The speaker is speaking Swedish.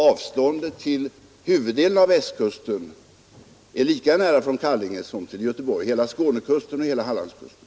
Avståndet till huvuddelen av Västkusten — Skånekusten och Hallandskusten — är inte längre från Kallinge än från Göteborg.